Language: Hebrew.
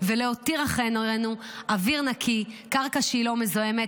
ולהותיר אחרינו אוויר נקי וקרקע שהיא לא מזוהמת,